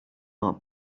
not